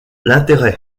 l’intérêt